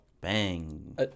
Bang